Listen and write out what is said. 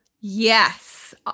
Yes